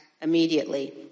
immediately